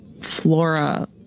flora